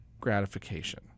gratification